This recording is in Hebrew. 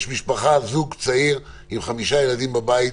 יש זוג צעיר עם חמישה ילדים בבית,